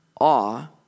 awe